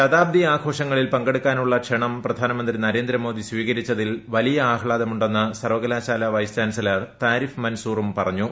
ശതാബ്ദി ആഘ്രോഷങ്ങളിൽ പങ്കെടുക്കാനുള്ള ക്ഷണം പ്രധാനമന്ത്രി നരേന്ദ്രമോദ്യി സ്വീകരിച്ചതിൽ വലിയ ആഹ്ലാദമുണ്ടെന്ന് സർവകലാശാല വൈസ് ചാൻസലർ താരിഫ് മൻസൂറും പറഞ്ഞു